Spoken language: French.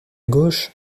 gauche